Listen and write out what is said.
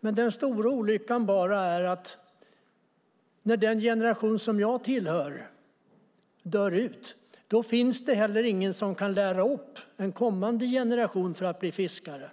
Men den stora olyckan är bara att när den generation som jag tillhör dör ut finns det ingen som kan lära upp en kommande generation till att bli fiskare,